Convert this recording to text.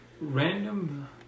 Random